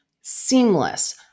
seamless